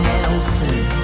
Nelson